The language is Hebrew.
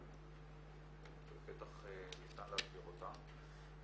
אבל בטח ניתן להסביר אותה,